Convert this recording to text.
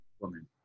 Woman